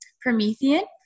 promethean